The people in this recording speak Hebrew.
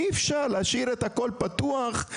אי אפשר להשאיר את הכול פתוח,